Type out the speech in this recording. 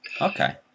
Okay